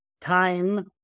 time